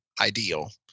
ideal